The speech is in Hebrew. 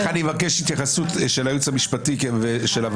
מיד אחר כך אני אבקש התייחסות של הייעוץ המשפטי של הוועדה.